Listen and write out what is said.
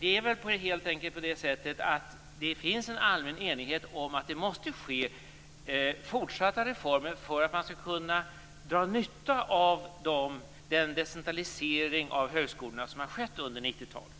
Det finns väl helt enkelt en allmän enighet om att det måste ske fortsatta reformer för att man skall kunna dra nytta av den decentralisering av högskolorna som har skett under 1990-talet